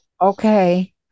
Okay